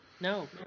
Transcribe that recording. No